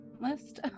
list